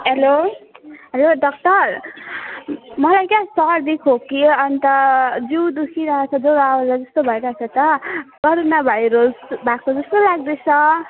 hello hello doctor मलाई क्या सर्दी खोकी अनि त जिउ दुखिरहेको छ ज्वरो आउला जस्तो भइरहेको छ त कोरोना भाइरस भएको जस्तो लाग्दैछ